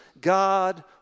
God